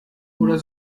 oder